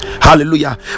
hallelujah